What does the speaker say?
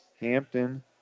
Hampton